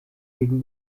gegen